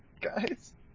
Guys